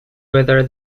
whether